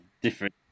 different